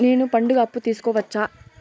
నేను పండుగ అప్పు తీసుకోవచ్చా?